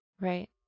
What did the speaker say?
Right